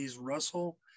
Russell